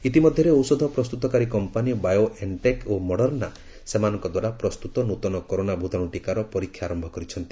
ଇତିମଧ୍ୟରେ ଔଷଧ ପ୍ରସ୍ତୁତକାରୀ କମ୍ପାନୀ ବାୟୋ ଏନ୍ଟେକ୍ ଓ ମଡର୍ଣ୍ଣା ସେମାନଙ୍କ ଦ୍ୱାରା ପ୍ରସ୍ତୁତ ନୂତନ କରୋନା ଭୂତାଣୁ ଟୀକାର ପରୀକ୍ଷା ଆରମ୍ଭ କରିଛନ୍ତି